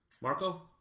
Marco